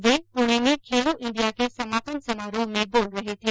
वे पुणे में खेलो इंडिया के समापन समारोह में बोल रहे थे